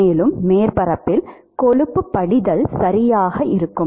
மேலும் மேற்பரப்பில் கொழுப்பு படிதல் சரியாக இருக்கும்